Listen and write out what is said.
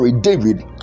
David